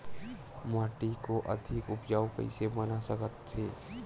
माटी को अधिक उपजाऊ कइसे बना सकत हे?